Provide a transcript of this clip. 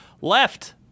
left